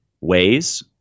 ways